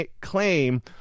claim